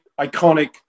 iconic